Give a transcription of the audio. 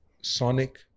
Sonic